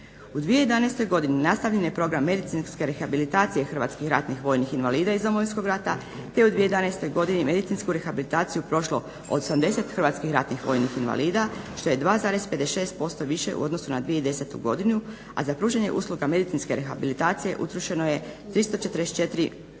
U 2011.godini nastavljen je program medicinske rehabilitacije hrvatskih ratnih vojnih invalida iz Domovinskog rata te u 2011.godini medicinsku rehabilitaciju prošlo 80 hrvatskih ratnih vojnih invalida što je 2,56% više u odnosu na 2010.godinu, a za pružanje usluga medicinske rehabilitacije utrošeno je 344 tisuće